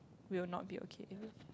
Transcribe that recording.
will not be okay